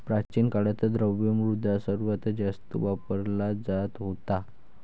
प्राचीन काळात, द्रव्य मुद्रा सर्वात जास्त वापरला जात होता